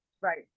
Right